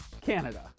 Canada